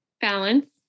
Balance